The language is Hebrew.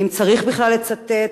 אם צריך בכלל לצטט,